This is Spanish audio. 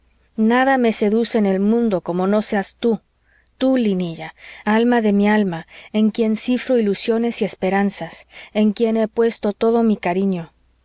nada me seduce en el mundo como no seas tú tú linilla alma de mi alma en quien cifro ilusiones y esperanzas en quien he puesto todo mi cariño